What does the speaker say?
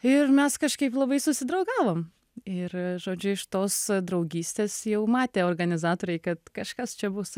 ir mes kažkaip labai susidraugavom ir žodžiu iš tos draugystės jau matė organizatoriai kad kažkas čia bus